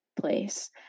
place